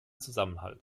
zusammenhalt